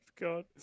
god